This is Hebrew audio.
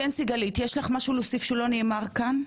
בבקשה, סיגלית, יש לך משהו להוסיף שלא נאמר כאן?